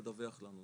תדווח לנו,